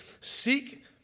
seek